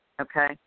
Okay